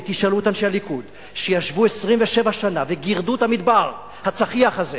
ותשאלו את אנשי הליכוד שישבו 27 שנה וגירדו את המדבר הצחיח הזה